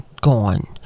gone